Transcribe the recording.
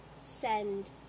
send